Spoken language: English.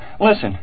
Listen